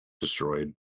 destroyed